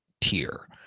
tier